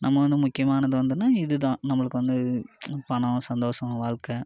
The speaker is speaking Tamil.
நம்ம வந்து முக்கியமானது வந்துனால் இது தான் நம்மளுக்கு வந்து பணம் சந்தோஷம் வாழ்க்க